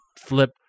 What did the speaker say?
flip